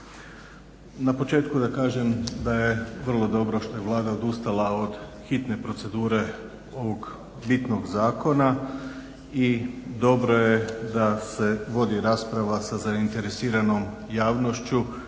Na početku da kažem da je vrlo dobro što je Vlada odustala od hitne procedure ovog bitnog zakona i dobro je da se vodi rasprava sa zainteresiranom javnošću